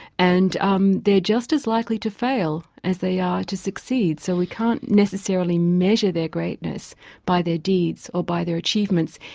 and um they're just as likely to fail as they are to succeed, so we can't necessarily measure their greatness by their deeds or by their achievements,